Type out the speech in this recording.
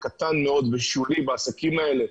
מדובר באחוז קטן מאוד ושולי בעסקים האלה.